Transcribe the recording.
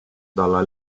dalla